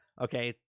Okay